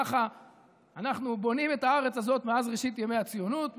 ככה אנחנו בונים את הארץ הזאת מאז ראשית ימי הציונות,